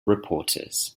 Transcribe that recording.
reporters